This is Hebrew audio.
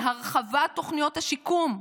להרחבת תוכניות השיקום,